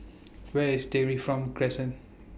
Where IS Dairy Farm Crescent